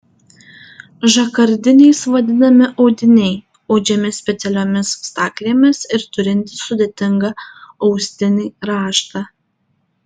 žakardiniais vadinami audiniai audžiami specialiomis staklėmis ir turintys sudėtingą austinį raštą